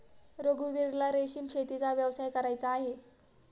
रघुवीरला रेशीम शेतीचा व्यवसाय करायचा आहे